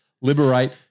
liberate